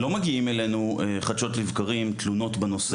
לא מגיעות אלינו תלונות חדשות לבקרים בנושא,